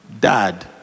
dad